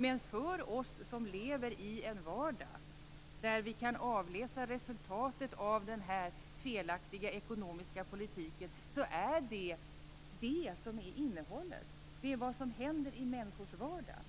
Med för oss som lever i en vardag där vi kan avläsa resultatet av den felaktiga ekonomiska politiken är detta innehållet, det är vad som händer i människors vardag,